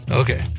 okay